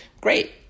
great